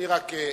לפעמים,